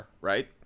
right